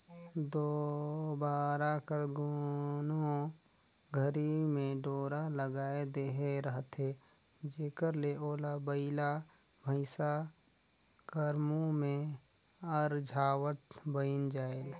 तोबरा कर दुनो घरी मे डोरा लगाए देहे रहथे जेकर ले ओला बइला भइसा कर मुंह मे अरझावत बइन जाए